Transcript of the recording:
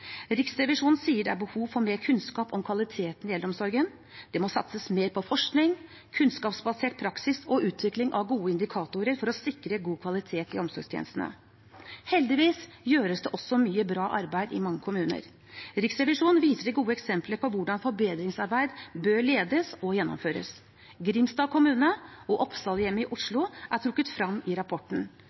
Riksrevisjonen sier det er behov for mer kunnskap om kvaliteten i eldreomsorgen. Det må satses mer på forskning, kunnskapsbasert praksis og utvikling av gode indikatorer for å sikre god kvalitet i omsorgstjenestene. Heldigvis gjøres det også mye bra arbeid i mange kommuner. Riksrevisjonen viser til gode eksempler på hvordan forbedringsarbeid bør ledes og gjennomføres. Grimstad kommune og Oppsalhjemmet i Oslo er trukket frem i rapporten.